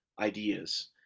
ideas